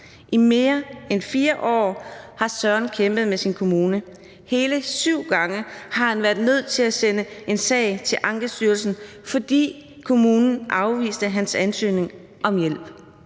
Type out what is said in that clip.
I mere end 4 år har Søren kæmpet med sin kommune. Hele syv gange har han været nødt til at sende en sag til Ankestyrelsen, fordi kommunen afviste hans ansøgning om hjælp.